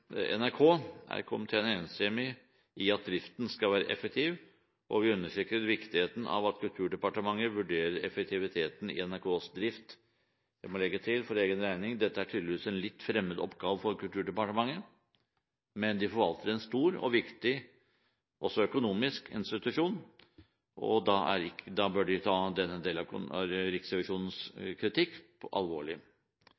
NRK, er komiteen enstemmig i at driften skal være effektiv, og vi understreker viktigheten av at Kulturdepartementet vurderer effektiviteten i NRKs drift. Jeg må legge til, for egen regning, at dette tydeligvis er en litt fremmed oppgave for Kulturdepartementet, men de forvalter en stor og viktig – også økonomisk – institusjon, og da bør de ta denne delen av Riksrevisjonens